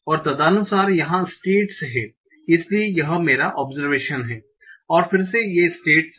और तदनुसार यहा स्टेट्स हैं इसलिए यह मेरा ओबसरवेशन है और फिर ये स्टेट्स हैं